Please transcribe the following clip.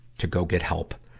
to go get help.